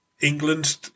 England